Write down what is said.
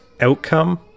outcome